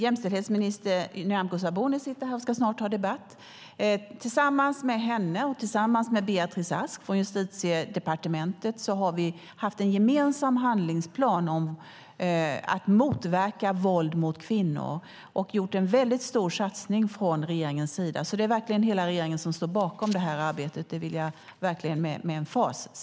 Jämställdhetsminister Nyamko Sabuni sitter här och ska snart debattera. Tillsammans med henne och Beatrice Ask på Justitiedepartementet har vi gjort en gemensam handlingsplan för hur våld mot kvinnor ska motverkas. Regeringen har gjort en väldigt stor satsning. Det är verkligen hela regeringen som står bakom detta arbete. Det vill jag säga med emfas.